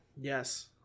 Yes